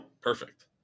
Perfect